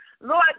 Lord